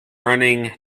running